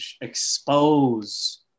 expose